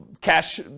cash